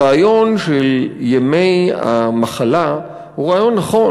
הרעיון של ימי המחלה הוא רעיון נכון.